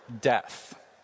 death